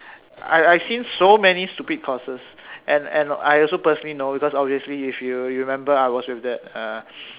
I I've seen so many stupid courses and and I also personally know because obviously if you you remember I was with that uh